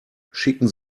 schicken